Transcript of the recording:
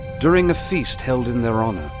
during a feast held in their honor,